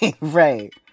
Right